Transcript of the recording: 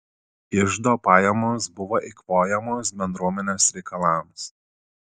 iždo pajamos buvo eikvojamos bendruomenės reikalams